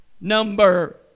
number